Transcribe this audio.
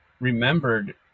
remembered